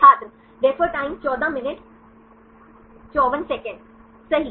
छात्र सही